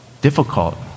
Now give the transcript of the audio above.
difficult